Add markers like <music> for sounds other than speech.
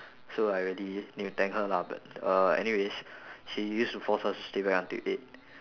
so I really need to thank her lah but <noise> uh anyways she used to force us to stay back until eight